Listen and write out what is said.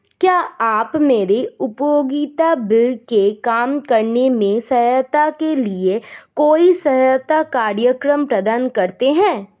क्या आप मेरे उपयोगिता बिल को कम करने में सहायता के लिए कोई सहायता कार्यक्रम प्रदान करते हैं?